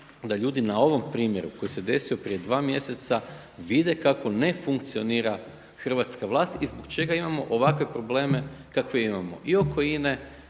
da ljudi na ovom primjeru koji se desio prije 2 mjeseca vide kako ne funkcionira hrvatska vlast i zbog čega imamo ovakve probleme kakve imamo i oko